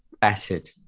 battered